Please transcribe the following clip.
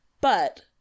but-